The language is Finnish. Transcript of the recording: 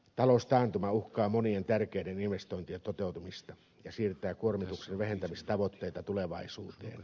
taloustaantuma uhkaa monien tärkeiden investointien toteutumista ja siirtää kuormituksen vähentämistavoitteita tulevaisuuteen